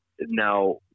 Now